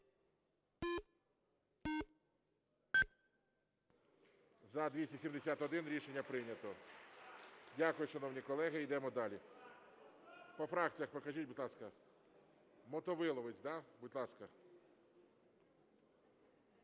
За-271 Рішення прийнято. Дякую, шановні колеги. Йдемо далі. По фракціях покажіть, будь ласка. Мотовиловець, да, будь ласка.